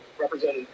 represented